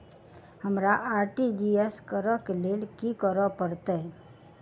हमरा आर.टी.जी.एस करऽ केँ लेल की करऽ पड़तै?